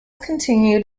continued